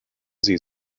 sie